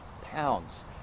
pounds